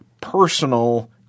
personal